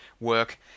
work